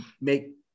make